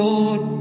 Lord